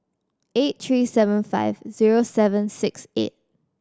eight three seven five zero seven six eight